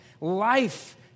Life